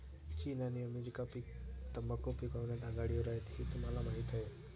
चीन आणि अमेरिका तंबाखू पिकवण्यात आघाडीवर आहेत हे तुम्हाला माहीत आहे